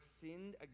sinned